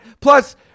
Plus